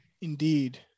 Indeed